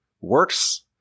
works